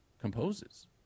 composes